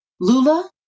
Lula